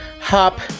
hop